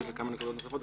יש לי כמה נקודות נוספות,